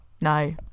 No